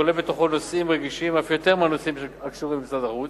הכולל בתוכו נושאים רגישים אף יותר מהנושאים של משרד החוץ,